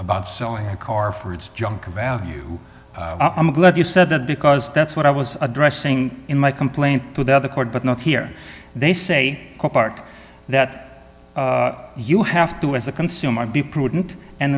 about selling a car for it's junk value i'm glad you said that because that's what i was addressing in my complaint to the court but not here they say part that you have to as a consumer be prudent and